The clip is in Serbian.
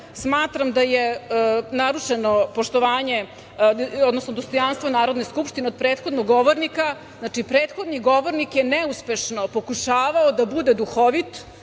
Smatram da je narušeno poštovanje, odnosno dostojanstvo Narodne skupštine od prethodnog govornika. Znači, prethodni govornik je neuspešno pokušavao da bude duhovit,